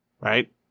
right